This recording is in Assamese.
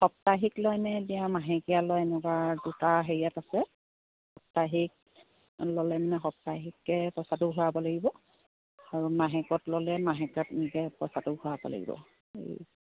সাপ্তাহিক লয়নে এতিয়া মাহেকীয়া লয় এনেকুৱা দুটা হেৰিয়াত আছে সপ্তাহিক ল'লে মানে সাপ্তাহিককৈ পইচাটো ঘূৰাব লাগিব আৰু মাহেকত ল'লে মাহেকত এনেকৈ পইচাটো ঘূৰাব লাগিব